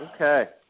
Okay